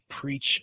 preach